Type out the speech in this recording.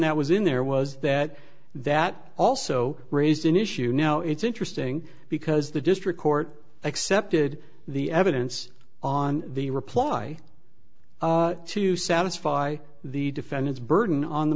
that was in there was that that also raised an issue now it's interesting because the district court accepted the evidence on the reply to satisfy the defendant's burden on the